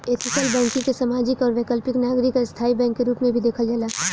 ethical banking के सामाजिक आउर वैकल्पिक नागरिक आ स्थाई बैंक के रूप में भी देखल जाला